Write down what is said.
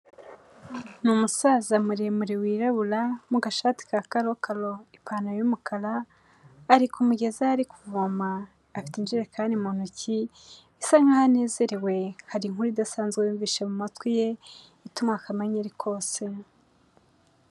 Ni umusaza muremure wirabura, mu gashati ka karokaro, ipantaro y'umukara, ari ku mugezi aho yari kuvoma, afite injerekani mu ntoki, asa nkaho anezerewe, hari inkuru idasanzwe yumvise mu matwi ye, ituma akamwenyu ari kose.